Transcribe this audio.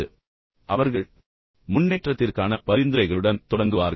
எனவே அவர்கள் முன்னேற்றத்திற்கான பரிந்துரைகளுடன் தொடங்குவார்கள்